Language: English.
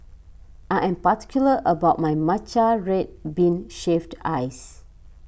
I am particular about my Matcha Red Bean Shaved Ice